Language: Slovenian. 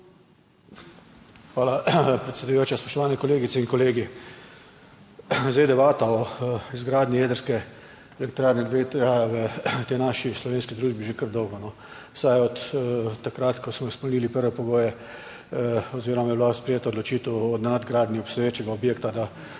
Hvala, predsedujoča. Spoštovane kolegice in kolegi! Zdaj, debata o izgradnji jedrske elektrarne traja v tej naši slovenski družbi že kar dolgo. Vsaj od takrat, ko smo izpolnili prve pogoje oziroma je bila sprejeta odločitev o nadgradnji obstoječega objekta, da